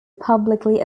publicly